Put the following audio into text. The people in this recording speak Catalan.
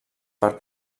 per